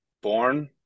born